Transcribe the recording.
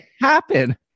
happen